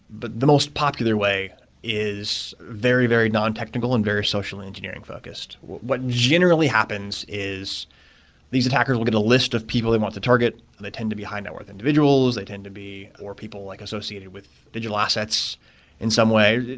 but the most popular way is very very non-technical and very social engineering focused. what generally happens is these attackers will get a list of people they want to target, and they tend to be high net worth individuals. they tend to be people like associated with digital assets in some way.